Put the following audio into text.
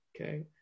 okay